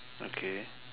okay